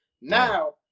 Now